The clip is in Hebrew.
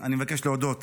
אני מבקש להודות